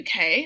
UK